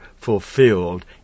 fulfilled